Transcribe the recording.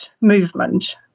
movement